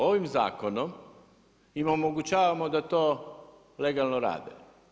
Ovim zakonom im omogućavamo da to legalno rade.